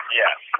yes